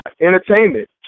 entertainment